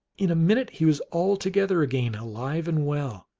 in a minute he was all together again, alive and well,